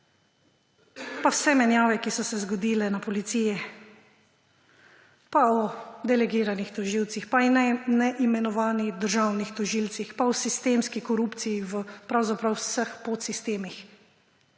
Pa vse menjave, ki so se zgodile v Policiji. Pa o delegiranih tožilcih, pa neimenovanih državnih tožilcih, pa o sistemski korupciji pravzaprav v vseh podsistemih.